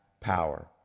power